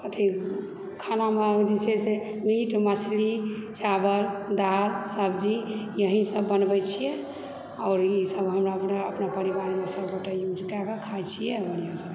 अथी खानामे जे छै से मीट मछली चावल दालि सब्जी यहीसभ बनबै छियै आओर ईसभ हमरा अपना पूरा परिवारमे सभकेँ खाइत छियै बढ़िआँसँ